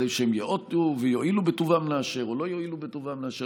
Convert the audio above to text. כדי שהם ייאותו ויואילו בטובם לאשר או לא יואילו בטובם לאשר,